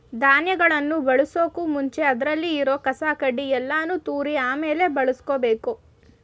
ಧಾನ್ಯಗಳನ್ ಬಳಸೋಕು ಮುಂಚೆ ಅದ್ರಲ್ಲಿ ಇರೋ ಕಸ ಕಡ್ಡಿ ಯಲ್ಲಾನು ತೂರಿ ಆಮೇಲೆ ಬಳುಸ್ಕೊಬೇಕು